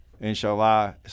Inshallah